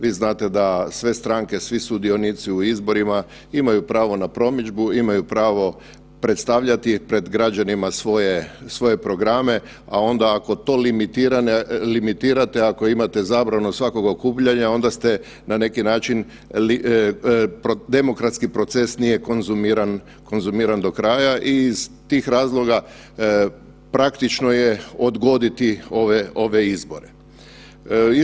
Vi znate da sve stranke svi sudionici u izborima imaju pravo na promidžbu, imaju pravo predstavljati pred građanima svoje programe, a onda ako to limitirate, ako imate zabranu svakoga okupljanja onda ste na neki način demokratski proces nije konzumiran, konzumiran do kraja i iz tih razloga praktično je odgoditi ove, ove izbore.